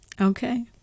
Okay